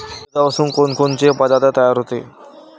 दुधापासून कोनकोनचे पदार्थ तयार होते?